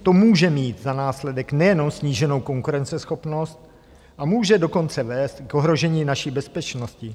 To může mít za následek nejenom sníženou konkurenceschopnost, ale může dokonce vést i k ohrožení naší bezpečnosti.